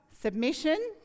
Submission